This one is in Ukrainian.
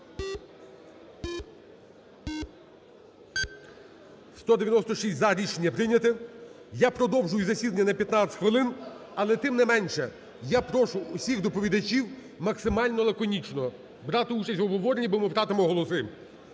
За-196 Рішення прийнято. Я продовжую засідання на 15 хвилин, але тим не менше я прошу всіх доповідачів максимально лаконічно брати участь в обговоренні, бо ми втратимо голоси.